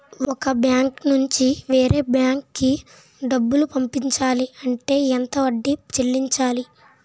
ఒక బ్యాంక్ నుంచి వేరే బ్యాంక్ కి డబ్బులు పంపించాలి అంటే ఎంత వడ్డీ చెల్లించాలి?